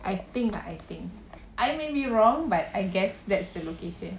I think ah I think I may be wrong but I guess that's the location